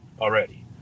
already